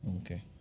okay